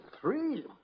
Three